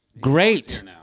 great